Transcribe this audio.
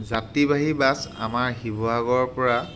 যাত্ৰীবাহী বাছ আমাৰ শিৱসাগৰৰ পৰা